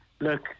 look